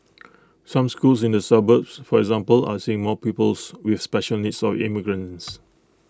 some schools in the suburbs for example are seeing more pupils with special needs or immigrants